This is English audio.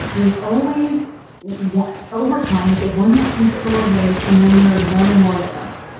there's always what. over time there's a one that sees it for what it is and then there's one or more that don't.